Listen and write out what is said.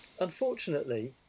Unfortunately